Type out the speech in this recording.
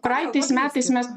praeitais metais mes